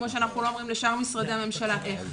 כמו שאנחנו לשאר משרדי הממשלה איך,